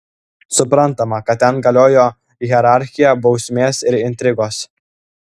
suprantama kad ten galiojo sava hierarchija bausmės ir intrigos